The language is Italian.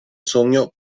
sogno